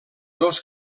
dos